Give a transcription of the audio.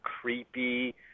creepy